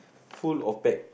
full of bag